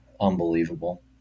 unbelievable